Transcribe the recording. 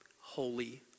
holy